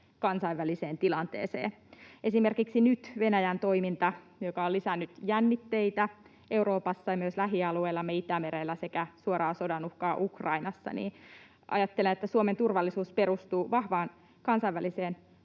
kansainvälisessä tilanteessa, esimerkiksi nyt, kun Venäjän toiminta on lisännyt jännitteitä Euroopassa ja myös lähialueillamme Itämerellä sekä suoraa sodan uhkaa Ukrainassa. Ajattelen, että Suomen turvallisuus perustuu vahvaan kansalliseen